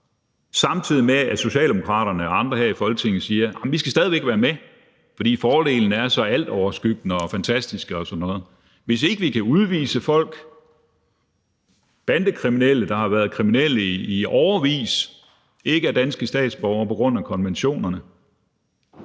samtidig med at Socialdemokraterne og andre her i Folketinget siger, at vi stadig væk skal være med, fordi fordelene er så altoverskyggende og fantastiske og sådan noget. Hvis ikke vi kan udvise folk, bandekriminelle, der har været kriminelle i årevis og ikke er danske statsborgere, på grund af konventionerne;